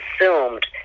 assumed